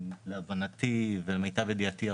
להבנתי ולמיטב ידעתי,